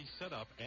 setup